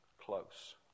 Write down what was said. close